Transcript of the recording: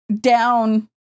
down